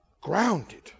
Grounded